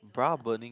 Bra Burning